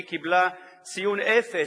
היא קיבלה ציון אפס